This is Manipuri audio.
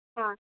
ꯑꯥ